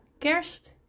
Kerst